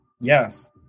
Yes